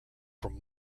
from